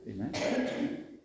amen